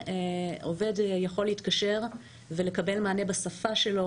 עובד יכול להתקשר לקו הזה ולקבל מענה בשפה שלו